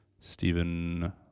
Stephen